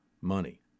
money